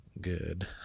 Good